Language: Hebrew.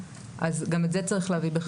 אז גם את זה צריך להביא בחשבון.